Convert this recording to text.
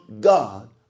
God